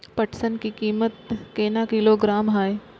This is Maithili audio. पटसन की कीमत केना किलोग्राम हय?